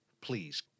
Please